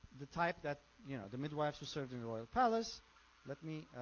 the type that you know the midwives who served in the royal palace let me